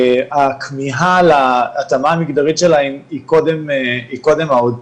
הכמיהה להתאמה המגדרית שלהם היא קודם האוטיזם,